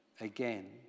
again